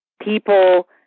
people